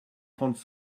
trente